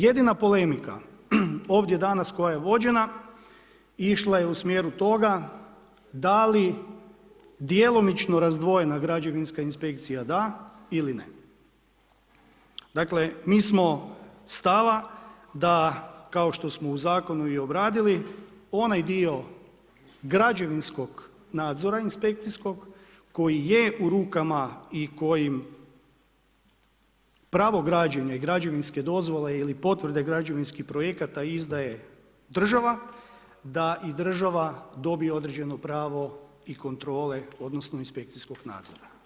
Jedina polemika, ovdje danas koja je vođena išla je u smjeru toga da li djelomično razdvojena građevinska inspekcija da ili ne, dakle, mi smo stava da kao što smo u zakonu i obradili onaj dio građevinskog nadzora inspekcijskog koji je u rukama i kojim pravo građenja i građevinske dozvole ili potvrde građevinskih projekata izdaje država, da i država dobije određeno pravo kontrole odnosno inspekcijskog nadzora.